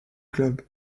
club